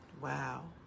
Wow